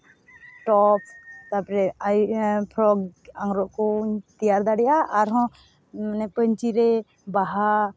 tops ᱛᱟᱯᱚᱨᱮ frock ᱟᱝᱜᱽᱨᱚᱵ ᱠᱚᱧ ᱛᱮᱭᱟᱨ ᱫᱟᱲᱮᱭᱟᱜᱼᱟ ᱟᱨᱦᱚᱸ ᱢᱟᱱᱮ ᱯᱟᱹᱧᱪᱤ ᱨᱮ ᱵᱟᱦᱟ